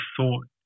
thought